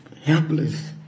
helpless